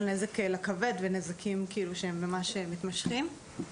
נזק לכבדים ונזקים שהם ממש מתמשכים.